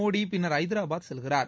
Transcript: மோடி பின்னர் ஐதராபாத் செல்கிறார்